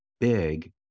big